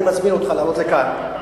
אני מזמין אותך לעלות לכאן,